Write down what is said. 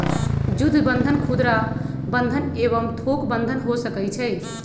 जुद्ध बन्धन खुदरा बंधन एवं थोक बन्धन हो सकइ छइ